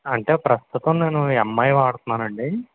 అంటే ప్రసుతం నేను ఎంఐ వాడుతున్నానండి